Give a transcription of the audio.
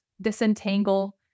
disentangle